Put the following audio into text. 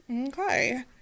Okay